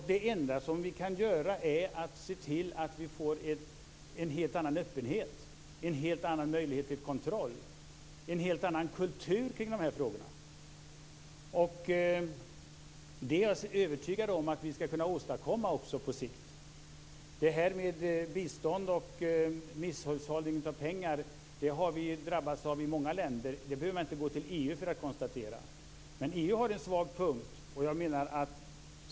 Det enda vi kan göra är att se till att vi får en helt annan öppenhet, en helt annan möjlighet till kontroll, en helt annan kultur kring de här frågorna. Jag är övertygad om att vi på sikt skall kunna åstadkomma det. När det gäller bistånd och misshushållning av pengar är det något vi har drabbats av i många länder. Det behöver man inte gå till EU för att hitta. Men EU har en svag punkt.